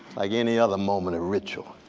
like any other moment, a ritual.